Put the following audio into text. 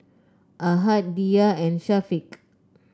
Ahad Dhia and Syafiq